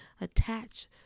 attach